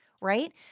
right